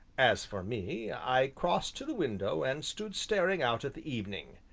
as for me, i crossed to the window and stood staring out at the evening.